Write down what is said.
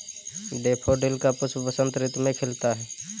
daffodil का पुष्प बसंत ऋतु में खिलता है